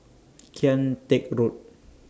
Kian Teck Road